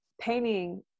painting